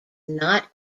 not